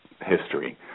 history